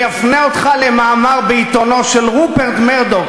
אני אפנה אותך למאמר בעיתונו של רופרט מרדוק,